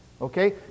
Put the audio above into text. Okay